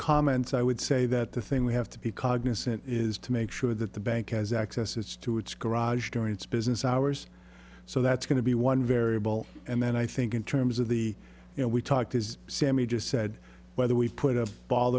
comments i would say that the thing we have to be cognizant is to make sure that the bank has access as to its garage during its business hours so that's going to be one variable and then i think in terms of the you know we talked is sammy just said whether we put up